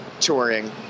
touring